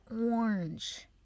orange